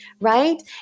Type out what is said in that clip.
right